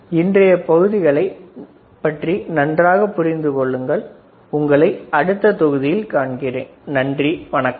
இன்றைய பகுதிகளைப் பற்றி நன்றாகப் புரிந்து கொள்ளுங்கள் உங்களை அடுத்த தொகுதியில் காண்கிறேன் நன்றி வணக்கம்